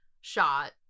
shot